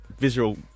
visual